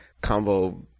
combo